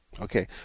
Okay